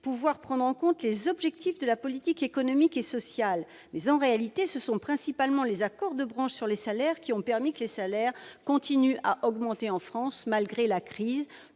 voulez prendre en compte les objectifs de la politique économique et sociale. Mais, dans les faits, ce sont principalement les accords de branche sur les salaires qui ont permis aux salaires de continuer à augmenter en France malgré la crise.